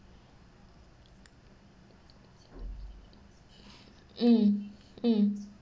mm mm